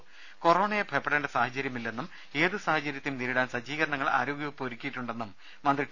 രുമ കൊറോണയെ ഭയപ്പെടേണ്ട സാഹചര്യമില്ലെന്നും ഏതു സാഹചര്യത്തേയും നേരിടാൻ സജ്ജീകരണങ്ങൾ ആരോഗ്യവകുപ്പ് ഒരുക്കിയിട്ടുണ്ടെന്നും മന്ത്രി ടി